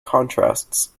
contrasts